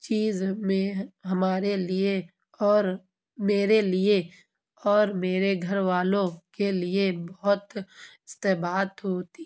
چیز میں ہمارے لیے اور میرے لیے اور میرے گھر والوں کے لیے بہت استبات ہوتی